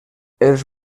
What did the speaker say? els